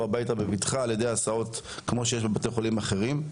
הביתה בבטחה על ידי הסעות כמו שיש בבתי חולים אחרים?